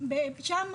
ושם